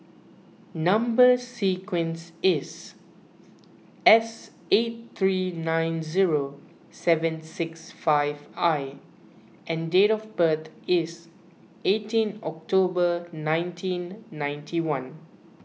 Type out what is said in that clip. Number Sequence is S eight three nine zero seven six five I and date of birth is eighteen October nineteen ninety one